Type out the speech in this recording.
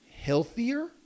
healthier